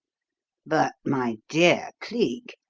but, my dear cleek,